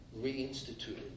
reinstituted